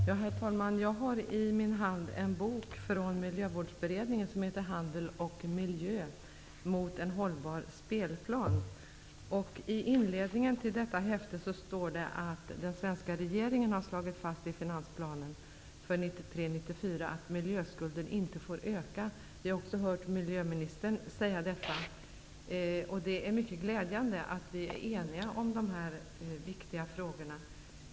Herr talman! Jag har i min hand en bok från Miljövårdsberedningen, som heter Handel och miljö mot en hållbar spelplan. I inledningen till denna står det att den svenska regeringen i finansplanen för 1993/94 har slagit fast att miljöskulden inte får öka. Vi har också hört miljöministern säga detta. Det är mycket glädjande att vi är eniga i dessa mycket viktiga frågor.